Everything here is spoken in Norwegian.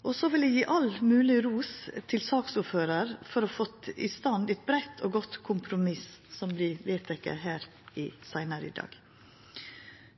Eg vil gi all mogleg ros til saksordføraren for å ha fått i stand eit breitt og godt kompromiss som vert vedteke her seinare i dag.